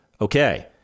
okay